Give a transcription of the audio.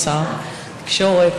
שר התקשורת,